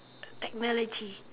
technology